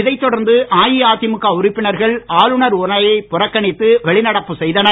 இதை தொடர்ந்து அஇஅதிமுக உறுப்பினர்கள் ஆளுநர் உரையை புறக்கணித்து வெளிநடப்பு செய்தனர்